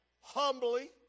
humbly